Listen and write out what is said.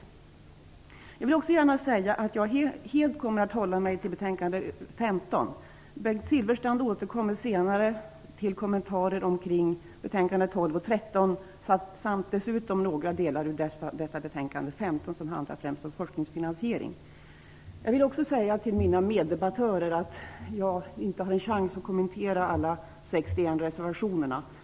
Jag vill också gärna säga att jag helt kommer att hålla mig till betänkande 15. Bengt Silfverstrand kommer senare med kommentarer kring betänkandena 12 och 13 samt kring några delar i betänkande 15 som främst handlar om forskningsfinansiering. Jag vill säga till mina meddebattörer att jag inte har en chans att kommentera alla de 61 reservationerna.